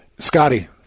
Scotty